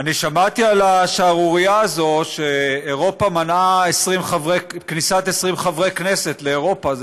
אני שמעתי על השערורייה הזו שאירופה מנעה כניסת 20 חברי כנסת לאירופה.